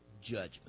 Judgment